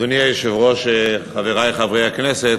אדוני היושב-ראש, חברי חברי הכנסת,